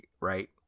right